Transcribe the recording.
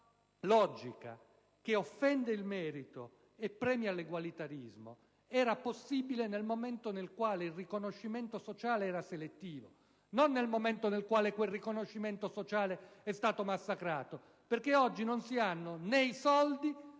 logica, che offende il merito e premia l'egualitarismo, era possibile nel momento nel quale il riconoscimento sociale era selettivo. Non è accettabile nel momento nel quale quel riconoscimento è stato massacrato, perché oggi non si hanno né i soldi né la